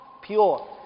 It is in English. Pure